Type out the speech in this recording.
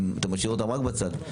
אתה משאיר אותם רק בצד.